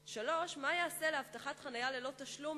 3. מה ייעשה להבטחת חנייה ללא תשלום